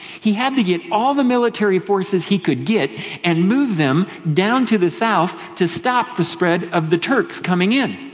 he had to get all the military forces he could get and move them down to the south to stop the spread of the turks coming in.